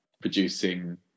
producing